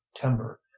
timber